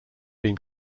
been